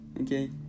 Okay